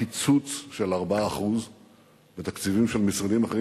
קיצוץ של 4% בתקציבים של משרדים אחרים.